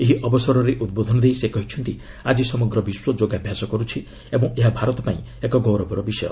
ଏହି ଅବସରରେ ଉଦ୍ବୋଧନ ଦେଇ ସେ କହିଛନ୍ତି ଆଜି ସମଗ୍ର ବିଶ୍ୱ ଯୋଗାଭ୍ୟାସ କରୁଛି ଓ ଏହା ଭାରତ ପାଇଁ ଏକ ଗୌରବର ବିଷୟ